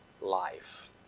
Life